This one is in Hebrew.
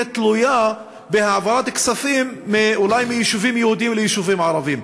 תלויה בהעברת כספים אולי מיישובים יהודיים ליישובים ערביים.